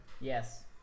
Yes